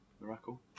Miracle